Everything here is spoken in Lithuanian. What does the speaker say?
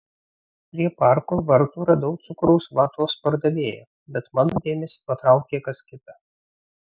prie parko vartų radau cukraus vatos pardavėją bet mano dėmesį patraukė kas kita